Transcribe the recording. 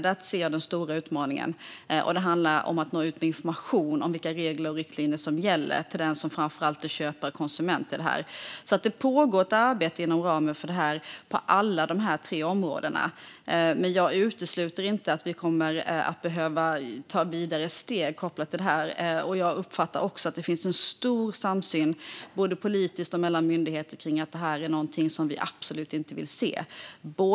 Där ser jag den stora utmaningen. Och det handlar om att nå ut med information om vilka regler och riktlinjer som gäller till den som framför allt är köpare och konsument här. Det pågår ett arbete inom ramen för detta på alla tre områden, men jag utesluter inte att vi kommer att behöva ta steg vidare kopplat till det här. Jag uppfattar att det finns en stor samsyn, både politiskt och mellan myndigheter, kring att detta är något som vi absolut inte vill se.